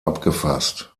abgefasst